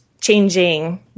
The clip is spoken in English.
changing